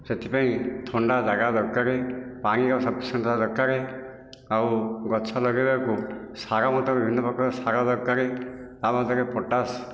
ସେଇଥିପାଇଁ ଥଣ୍ଡା ଜାଗା ଦରକାର ପାଣିର ସଫିସିଏଣ୍ଟ ଦରକାର ଆଉ ଗଛ ଲଗେଇବାକୁ ସାର ମଧ୍ୟ ବିଭିନ୍ନ ପ୍ରକାର ସାର ଦରକାର ଆଉ ପଟାସ